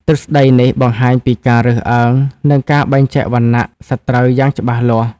ទ្រឹស្តីនេះបង្ហាញពីការរើសអើង និងការបែងចែកវណ្ណៈសត្រូវយ៉ាងច្បាស់លាស់។